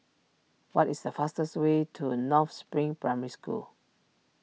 what is the fastest way to North Spring Primary School